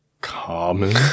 Common